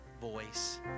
voice